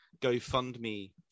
GoFundMe